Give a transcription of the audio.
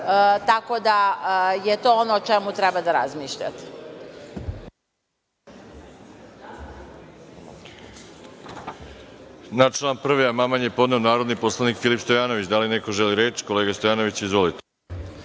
tako da je to ono o čemu treba da razmišljate.